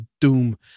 doom